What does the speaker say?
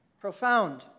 profound